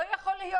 לא יכול להיות.